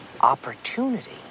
Opportunity